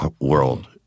world